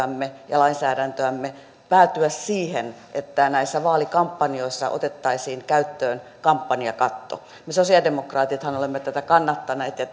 liittyvää käytäntöämme ja lainsäädäntöämme päätyä siihen että näissä vaalikampanjoissa otettaisiin käyttöön kampanjakatto me sosiaalidemokraatithan olemme tätä kannattaneet ja